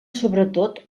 sobretot